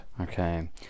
okay